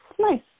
nice